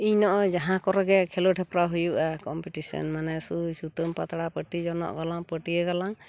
ᱤᱧ ᱱᱚᱜᱼᱚᱭ ᱡᱟᱦᱟᱸ ᱠᱚᱨᱮᱜᱮ ᱠᱷᱮᱞᱳᱰ ᱦᱮᱯᱨᱟᱣ ᱦᱩᱭᱩᱜᱼᱟ ᱠᱚᱢᱯᱤᱴᱤᱥᱮᱱ ᱢᱟᱱᱮ ᱥᱩᱭ ᱥᱩᱛᱟᱹᱢ ᱯᱟᱛᱲᱟ ᱯᱟᱹᱴᱤ ᱡᱚᱱᱚᱜ ᱜᱟᱞᱟᱝ ᱯᱟᱹᱴᱭᱟᱹ ᱜᱟᱞᱟᱝ